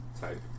type